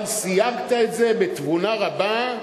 אבל סייגת את זה בתבונה רבה,